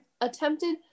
attempted